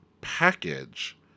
package